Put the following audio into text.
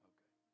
Okay